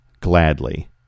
gladly